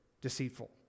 deceitful